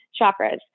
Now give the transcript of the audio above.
chakras